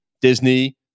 Disney